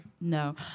No